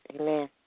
Amen